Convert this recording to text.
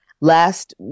Last